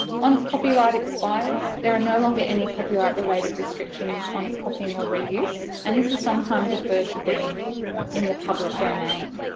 once copyright expires, there are no longer any copyright related restrictions on its copying or reuse, and this is sometimes referred to being in the public domain.